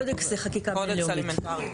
קודקס זה חקיקה בין לאומית.